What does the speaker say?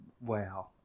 Wow